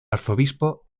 arzobispo